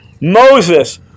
Moses